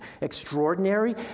extraordinary